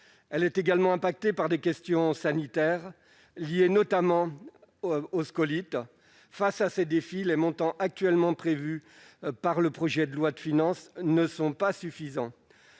Elle est également frappée par des fléaux sanitaires, liés notamment aux scolytes. Face à ces défis, les montants actuellement prévus par le projet de loi de finances ne sont pas suffisants.